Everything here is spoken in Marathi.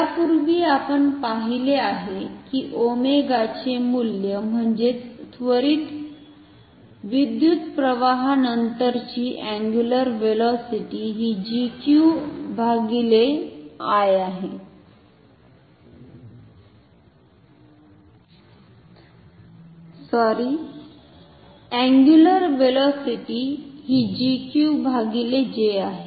यापूर्वी आपण पाहिले आहे की ओमेगाचे मूल्य म्हणजेच त्वरित विद्युतप्रवाहानंतरची अंगुलर व्हेलॉसिटी हि आहे